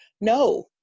no